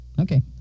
Okay